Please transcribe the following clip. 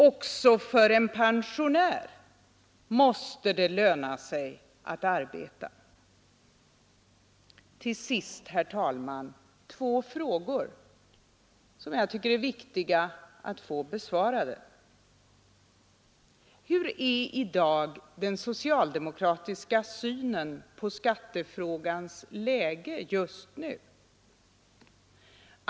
Också för en pensionär måste det löna sig att arbeta. Till sist, herr talman, två frågor, som jag tycker det är viktigt att få besvarade. Hur är den socialdemokratiska synen på skattefrågans läge just nu?